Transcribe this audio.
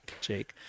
Jake